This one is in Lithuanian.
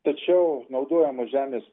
tačiau naudojamos žemės